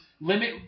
limit